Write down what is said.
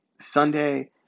Sunday